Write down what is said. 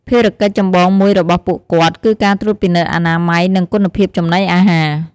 ភារកិច្ចចម្បងមួយរបស់ពួកគាត់ គឺការត្រួតពិនិត្យអនាម័យ និងគុណភាពចំណីអាហារ ។